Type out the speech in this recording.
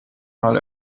mal